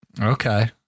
Okay